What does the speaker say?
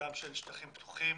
לחשיבותם של שטחים פתוחים,